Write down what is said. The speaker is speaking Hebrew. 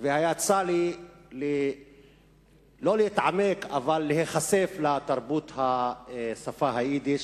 ויצא לי לא להתעמק, אבל להיחשף לתרבות היידיש.